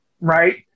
Right